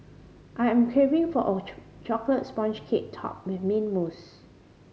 I am craving for a chocolate sponge cake topped with mint mousse